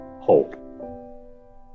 hope